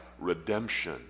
redemption